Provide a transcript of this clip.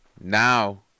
now